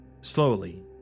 Slowly